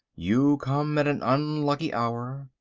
you come at an unlucky hour.